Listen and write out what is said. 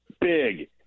big